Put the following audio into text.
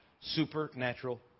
supernatural